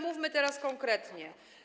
Mówmy teraz konkretnie.